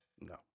No